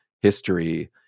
history